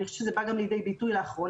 אני חושבת שזה בא גם לידי ביטוי לאחרונה.